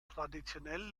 traditionell